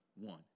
one